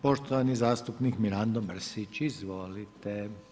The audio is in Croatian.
Poštovani zastupnik Mirando Mrsić, izvolite.